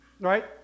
right